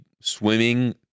swimming